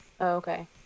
okay